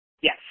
Yes